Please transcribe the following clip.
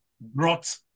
brought